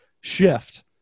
shift